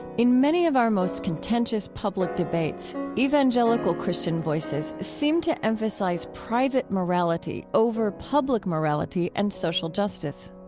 in many of our most contentious public debates, evangelical christian voices seem to emphasize private morality over public morality and social justice